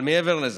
אבל מעבר לזה,